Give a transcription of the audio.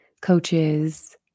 coaches